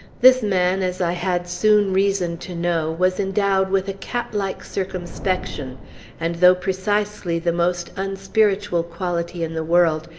this man, as i had soon reason to know, was endowed with a cat-like circumspection and though precisely the most unspiritual quality in the world,